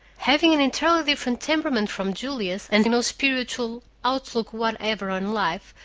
having an entirely different temperament from julia's and no spiritual outlook whatever on life,